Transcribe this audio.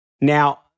Now